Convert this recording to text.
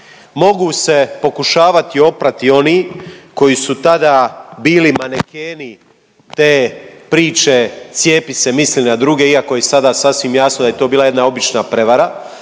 Mogu se pokušavati oprati oni koji su tada bili manekeni te priče cijepi se, misli na druge, iako je sada sasvim jasno da je to bila jedna obična prevara.